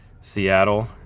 Seattle